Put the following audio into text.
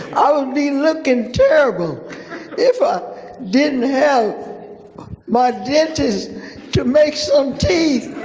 i will be looking terrible if i didn't have my dentist to make some teeth